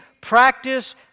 practice